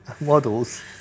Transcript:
Models